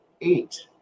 eight